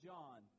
John